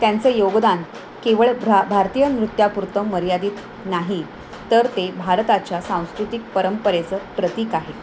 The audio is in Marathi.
त्यांचं योगदान केवळ भ्र भारतीय नृत्यापुरतं मर्यादित नाही तर ते भारताच्या सांस्कृतिक परंपरेचं प्रतीक आहे